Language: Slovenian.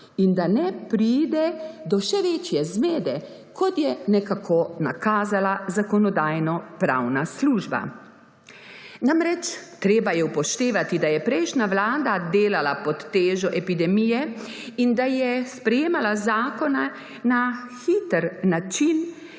in da ne pride do še večje zmede, kot je nekako nakazala Zakonodajno-pravna služba. Namreč, treba je upoštevati, da je prejšnja Vlada delala pod težo epidemije in da je sprejemala zakone na hiter način,